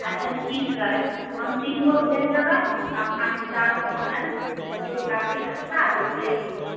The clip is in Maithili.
अच्छा ठीक हइ हम तीन गो भेजि देबै अपना हिसाबसँ हमे फोटोग्राफी अच्छा आ जेतै ई